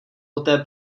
poté